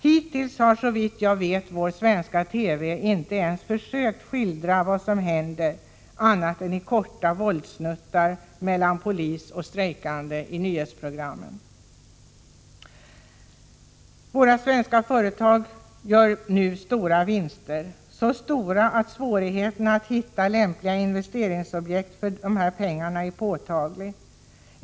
Hittills har, såvitt jag vet, vår svenska TV inte ens försökt skildra vad som händer annat än i korta snuttar i nyhetsprogrammen om våldet mellan polis och strejkande. Svenska företag gör nu stora vinster — så stora att svårigheterna att hitta lämpliga investeringsobjekt för pengarna är påtagliga.